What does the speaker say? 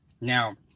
Now